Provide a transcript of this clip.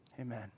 Amen